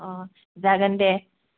अ जागोन दे